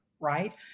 right